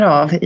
av